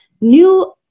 new